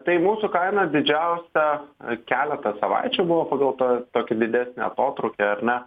tai mūsų kaina didžiausia keletą savaičių buvo pagal to tokio didesnio atotrūkio ar ne